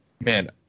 man